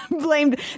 blamed